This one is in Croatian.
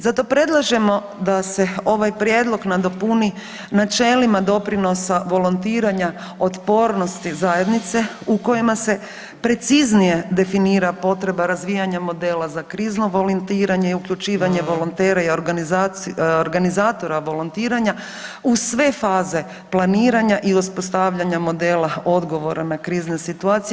Zato predlažemo da se ovaj prijedlog nadopuni načelima doprinosa volontiranja otpornosti zajednice u kojima se preciznije definira potreba razvijanja modela za krizno volontiranje i uključivanje volontera i organizatora volontiranja u sve faze planiranja i uspostavljanja modela odgovora na krizne situacije.